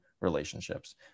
relationships